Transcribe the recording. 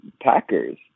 packers